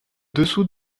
dessous